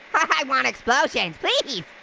i want explosions, please.